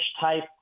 type